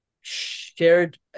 shared